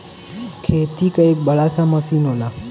खेती क एक बड़ा सा मसीन होला